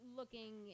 looking